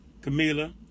Camila